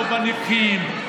לא בנכים,